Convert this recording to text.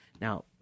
Now